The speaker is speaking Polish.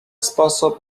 sposób